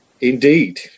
Indeed